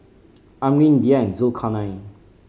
Amrin Dhia and Zulkarnain